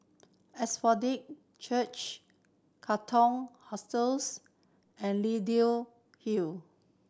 Church Katong Hostels and Leyden Hill